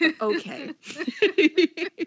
Okay